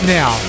now